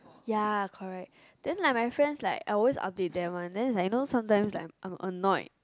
ya correct then like my friends like I always update they one then is like sometime I am annoyed